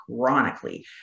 chronically